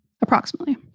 approximately